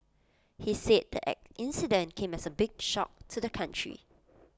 he said the incident came as A big shock to the country